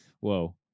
Whoa